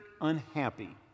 unhappy